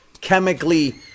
chemically